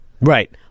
Right